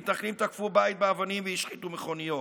מתנחלים תקפו בית באבנים והשחיתו מכוניות,